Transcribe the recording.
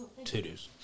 titties